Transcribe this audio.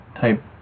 type